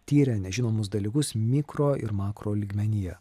tyrę nežinomus dalykus mikro ir makro lygmenyje